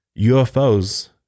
UFOs